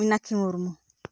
Minakhi Murmu